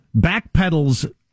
backpedals